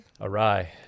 Awry